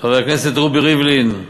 חבר הכנסת רובי ריבלין,